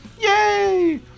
Yay